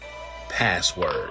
password